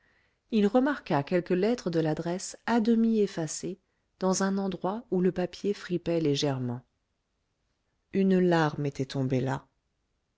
il remarqua quelques lettres de l'adresse à demi effacées dans un endroit où le papier fripait légèrement une larme était tombée là